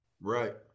right